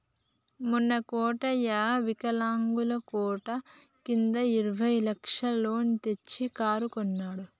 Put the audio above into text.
మొన్న కోటయ్య వికలాంగుల కోట కింద ఇరవై లక్షల లోన్ తెచ్చి కారు కొన్నడు